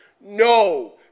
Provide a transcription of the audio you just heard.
no